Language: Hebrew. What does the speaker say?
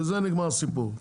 ובזה נגמר הסיפור.